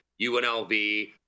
UNLV